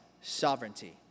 sovereignty